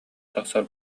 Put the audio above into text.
тахсар